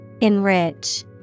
Enrich